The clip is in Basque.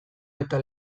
eta